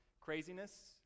craziness